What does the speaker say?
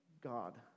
God